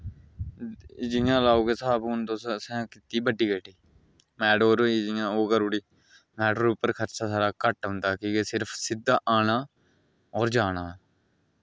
जियां लाओ स्हाब कि असें कीती बड्डी गड्डी मेटाडोर होई जियां ओह् करी ओड़ी ते मेटाडोर पर खर्चा घट्ट होंदा कि के एह् सिद्धा आना होर जाना